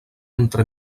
entre